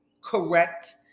correct